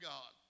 God